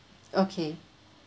okay